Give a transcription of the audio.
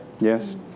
Yes